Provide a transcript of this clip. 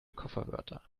kofferwörter